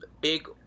big